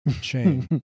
chain